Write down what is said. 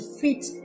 fit